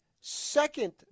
second